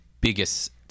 biggest